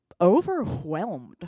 overwhelmed